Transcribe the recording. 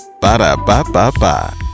Ba-da-ba-ba-ba